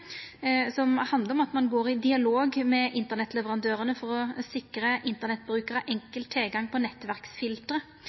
som handlar om at ein går i dialog med internettleverandørane for å sikra internettbrukarar